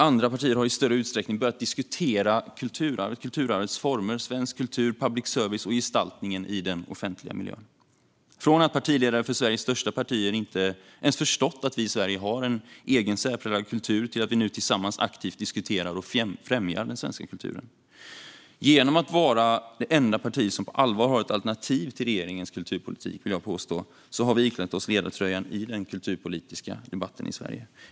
Andra partier har i större utsträckning börjat diskutera kulturarvets former, svensk kultur, public service och gestaltningen i den offentliga miljön. Från att partiledare för Sveriges största partier inte ens förstått att vi i Sverige har en egen särpräglad kultur börjar vi nu tillsammans aktivt diskutera och främja den svenska kulturen. Genom att vara det enda parti som på allvar har ett alternativ till regeringens kulturpolitik, vill jag påstå, har vi iklätt oss ledartröjan i den kulturpolitiska debatten i Sverige.